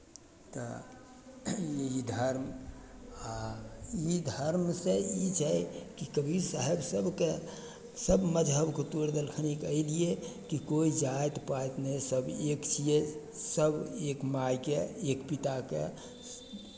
तऽ ई धर्म आ ई धर्मसँ ई छै कि कबीर साहेब सभकेँ सभ मजहबकेँ तोड़ि देलखिन कि एहिलिए कि कोइ जाति पाति नहि सभ एक छियै सभ एक मायके एक पिताके